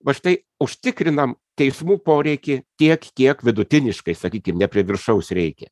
va štai užtikrinam teismų poreikį tiek kiek vidutiniškai sakykim ne prie viršaus reikia